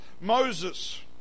Moses